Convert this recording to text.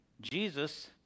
Jesus